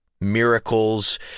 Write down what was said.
miracles